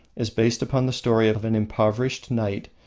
is based upon the story of an impoverished knight,